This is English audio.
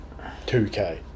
2K